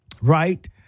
right